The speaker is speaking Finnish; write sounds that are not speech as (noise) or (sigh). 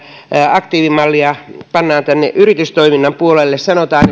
aktiivimallia pannaan tänne yritystoiminnan puolelle ja sanotaan (unintelligible)